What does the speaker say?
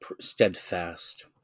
steadfast